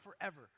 forever